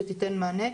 שתיתן מענה.